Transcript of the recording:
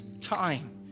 time